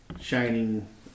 shining